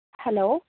hello